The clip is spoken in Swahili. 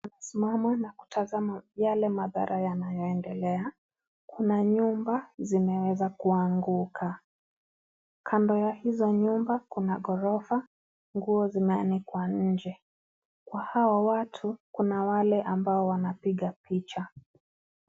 Wamesimama na kutazama yale madhara yanayoendelea, kuna nyumba zimeweza kuanguka, kando ya hizo nyumba kuna ghorofa, nguo zimeanikwa nje, kwa hao watu kuna wale ambao wanapiga picha.